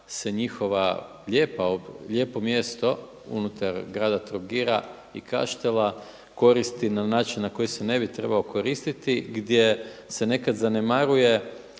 se njihova lijepo mjesto unutar grada Trogira i Kaštela koristi na način a koji se ne bi trebao koristiti gdje se nekad zanemaruje